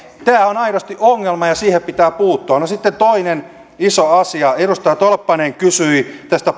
tämä on aidosti ongelma ja siihen pitää puuttua sitten toinen iso asia edustaja tolppanen kysyi tästä